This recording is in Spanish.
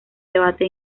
debate